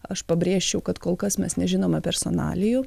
aš pabrėščiau kad kol kas mes nežinome personalijų